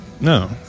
No